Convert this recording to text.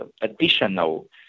additional